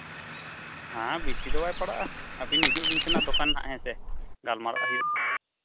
ᱦᱳᱭ ᱵᱮᱥᱤ ᱫᱚ ᱵᱟᱭ ᱯᱟᱲᱟᱜᱼᱟ ᱟᱹᱵᱤᱱ ᱦᱤᱡᱩᱜ ᱵᱤᱱ ᱥᱮ ᱦᱟᱸᱜ ᱫᱚᱠᱟᱱ ᱦᱟᱸᱜ ᱦᱮᱸ ᱥᱮ ᱜᱟᱞᱢᱟᱨᱟᱜ ᱦᱩᱭᱩᱜᱼᱟ